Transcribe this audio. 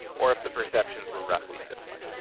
or if the perceptions were roughly similar.